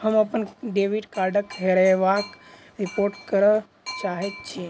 हम अप्पन डेबिट कार्डक हेराबयक रिपोर्ट करय चाहइत छि